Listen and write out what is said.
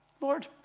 Lord